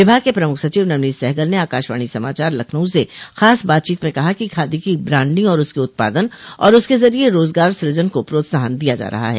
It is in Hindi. विभाग के प्रमुख सचिव नवनीत सहगल ने आकाशवाणी समाचार लखनऊ से खास बातचीत में कहा कि खादी की ब्रांडिंग उसके उत्पादन और उसके जरिये रोजगार सृजन को प्रोत्साहन दिया जा रहा है